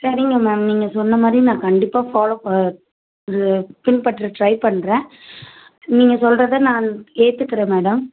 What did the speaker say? சரிங்க மேம் நீங்கள் சொன்னமாதிரி நான் கண்டிப்பாக ஃபாலோ பண் ஆ பின்பற்ற ட்ரை பண்ணுறேன் நீங்கள் சொல்றதை நான் ஏற்றுக்கிறேன் மேடம்